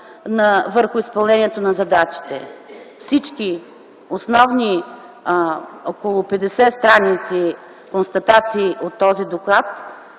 върху изпълнението на задачите. Всички основни – около 50 стр., констатации от този одитен